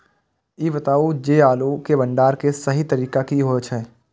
ई बताऊ जे आलू के भंडारण के सही तरीका की होय छल?